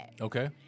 Okay